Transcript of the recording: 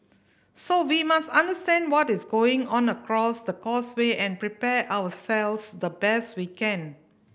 so we must understand what is going on across the causeway and prepare ourselves the best we can